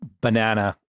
banana